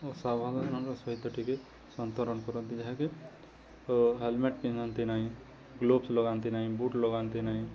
ଓ ସାବଧାନର ସହିତ ଟିକେ ସନ୍ତରଣ କରନ୍ତି ଯାହାକି ହେଲମେଟ୍ ପିନ୍ଧନ୍ତି ନାହିଁ ଗ୍ଲୋଭ୍ସ ଲଗାନ୍ତି ନାହିଁ ବୁଟ୍ ଲଗାନ୍ତି ନାହିଁ